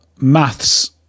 maths